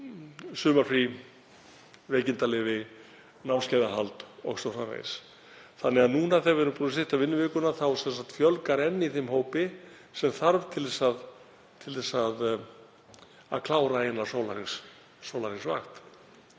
sumarfrí, veikindaleyfi, námskeiðahald o.s.frv. Þannig að núna þegar við erum búin að stytta vinnuvikuna þá fjölgar enn í þeim hópi sem þarf til þess að klára eina sólarhringsvakt.